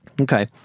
Okay